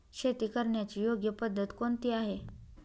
शेती करण्याची योग्य पद्धत कोणती आहे?